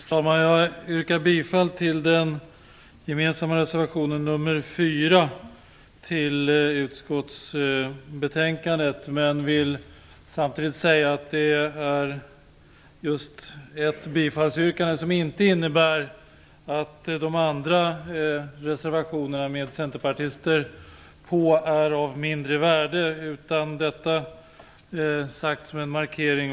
Herr talman! Jag yrkar bifall till den gemensamma reservationen 4 till utskottets betänkande men vill samtidigt säga att det är ett bifallsyrkande som inte innebär att de andra reservationerna med centerpartister är av mindre värde. Detta är sagt som en markering.